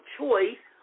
choice